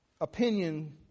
opinion